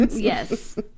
Yes